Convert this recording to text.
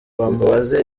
bamubaze